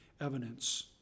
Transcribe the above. evidence